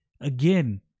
again